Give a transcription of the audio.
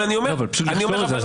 אבל אני אומר ----- פשוט לכתוב את זה